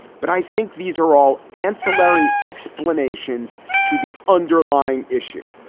but i think these are all ancillary explanations to the underlying issue.